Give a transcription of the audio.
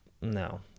no